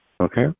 Okay